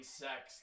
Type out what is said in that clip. sex